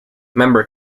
member